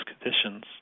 conditions